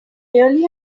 really